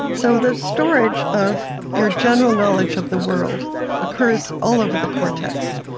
so the storage of your general knowledge of the world occurs all over the cortex.